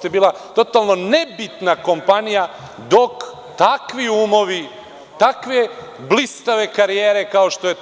To je bila totalno nebitna kompanija dok takvi umovi, takve blistave karijere, kao što je